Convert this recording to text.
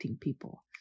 people